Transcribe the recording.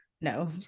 no